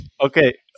Okay